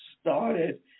started